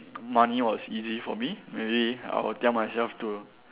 money was easy for me maybe I will tell myself to